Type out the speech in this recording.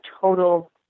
total